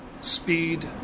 speed